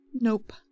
Nope